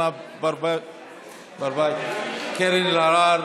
קארין אלהרר,